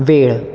वेळ